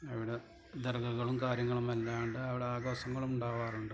അവടെ ദർഗകളും കാര്യങ്ങളും എല്ലാമുണ്ട് അവിടെ ആഘോഷങ്ങളും ഉണ്ടാവാറുണ്ട്